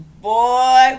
boy